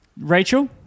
Rachel